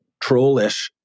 trollish